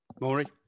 Maury